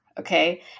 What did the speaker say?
Okay